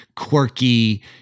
quirky